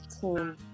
team